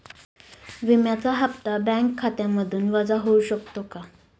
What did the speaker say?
विम्याचा हप्ता बँक खात्यामधून वजा होऊ शकतो का?